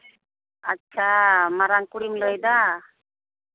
ᱟᱪᱪᱷᱟ ᱢᱟᱨᱟᱝ ᱠᱩᱲᱤᱢ ᱞᱟᱹᱭᱫᱟ